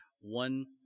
One